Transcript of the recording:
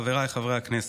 חבריי חברי הכנסת,